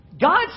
God